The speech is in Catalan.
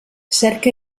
cerca